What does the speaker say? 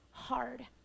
hard